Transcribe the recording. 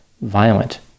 violent